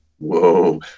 Whoa